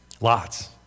lots